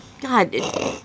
God